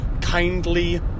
kindly